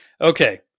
Okay